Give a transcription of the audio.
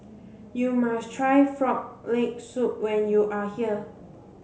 you must try frog leg soup when you are here